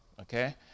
okay